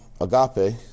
agape